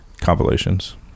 compilations